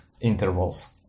intervals